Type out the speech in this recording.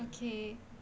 okay